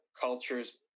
cultures